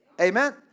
Amen